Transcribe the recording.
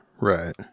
right